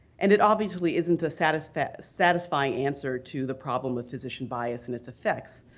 and it obviously isn't a satisfying satisfying answer to the problem with physician bias and its effects.